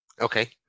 Okay